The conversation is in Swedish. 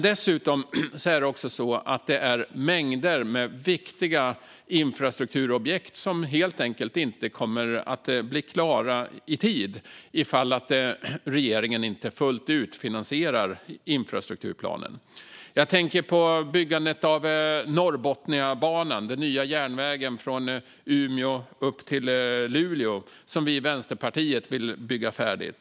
Dessutom är det mängder av viktiga infrastrukturobjekt som helt enkelt inte kommer att bli klara i tid om regeringen inte fullt ut finansierar infrastrukturplanen. Jag tänker på byggandet av Norrbotniabanan, den nya järnvägen från Umeå upp till Luleå, som vi i Vänsterpartiet vill bygga färdigt.